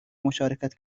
مشارکت